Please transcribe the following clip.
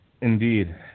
indeed